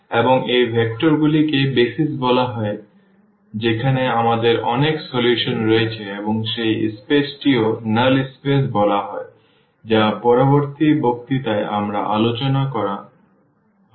এবং এই ভেক্টরগুলিকে বেসিস বলা হয় যেখানে আমাদের অনেক সমাধান রয়েছে এবং সেই স্পেসটিকে ও নাল স্পেস বলা হয় যা পরবর্তী বক্তৃতায় আবার আলোচনা করা হবে